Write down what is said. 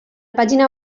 pàgina